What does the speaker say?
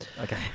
Okay